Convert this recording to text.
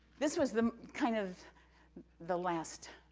this was the, kind of the last,